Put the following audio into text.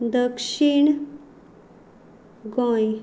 दक्षीण गोंय